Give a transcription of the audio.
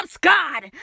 God